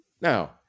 Now